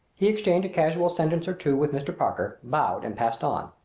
he exchanged a casual sentence or two with mr. parker, bowed and passed on.